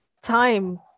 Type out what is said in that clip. time